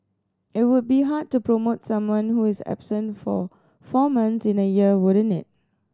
it would be hard to promote someone who is absent for four months in a year wouldn't it